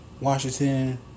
Washington